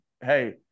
Hey